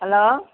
hello